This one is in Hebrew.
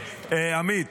עמית,